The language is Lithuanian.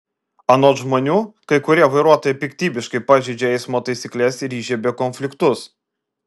anot žmonių kai kurie vairuotojai piktybiškai pažeidžia eismo taisykles ir įžiebia konfliktus